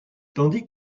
tandis